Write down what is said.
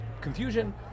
confusion